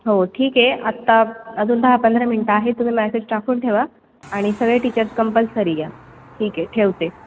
हो ठीक आहे आत्ता अजून दहा पंधरा मिनटं आहे तुम्ही मॅसेज टाकून ठेवा आणि सगळे टीचर्स कंपल्सरी या ठीक आहे ठेवते